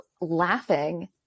laughing